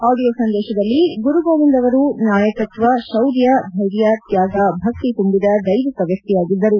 audio ಸಂದೇತದಲ್ಲಿ ಗುರುಗೋವಿಂದ್ ಅವರು ನಾಯಕತ್ವ ಶೌರ್ಯ ಧೈರ್ಯ ತ್ಯಾಗ ಭಕ್ತಿ ತುಂಬಿದ ದೈವಿಕ ವ್ಯಕ್ತಿಯಾಗಿದ್ದರು